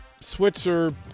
Switzer